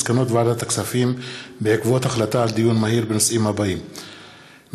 מסקנות ועדת הכספים בעקבות דיון מהיר בהצעתם של